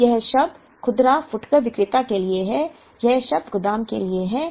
अब यह शब्द खुदरा फुटकर विक्रेता के लिए है यह शब्द गोदाम के लिए है